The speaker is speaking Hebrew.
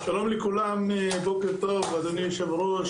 שלום לכולם בוקר טוב אדוני היו"ר,